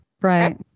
Right